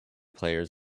players